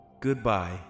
goodbye